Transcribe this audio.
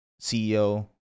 CEO